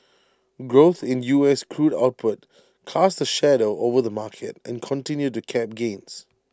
growth in us crude output cast A shadow over the market and continued to cap gains